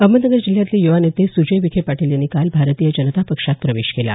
अहमदनगर जिल्ह्यातले युवा नेते सुजय विखे पाटील यांनी काल भारतीय जनता पक्षात प्रवेश केला